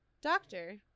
doctor